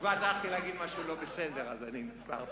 כמעט הלכתי להגיד משהו לא בסדר, אדוני.